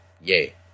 Yay